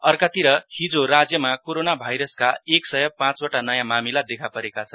अर्कातिर हिजो राज्यमा कोरोन भाइरसका एक सय पाँचवटा नयाँ मामिला देखा परेका छन्